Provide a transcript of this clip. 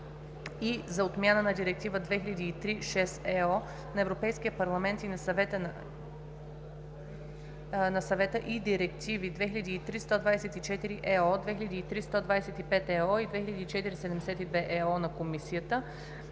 и за отмяна на Директива 2003/6/ЕО на Европейския парламент и на Съвета и директиви 2003/124/ЕО, 2003/125/ЕО и 2004/72/ЕО на Комисията